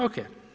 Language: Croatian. OK.